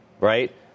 Right